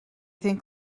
think